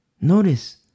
Notice